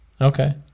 Okay